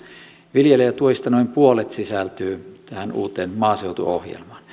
viljelijätuista noin puolet sisältyy tähän uuteen maaseutuohjelmaan